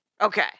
Okay